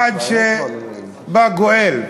עד שבא גואל,